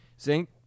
zinc